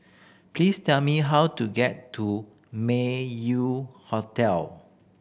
please tell me how to get to Meng Yew Hotel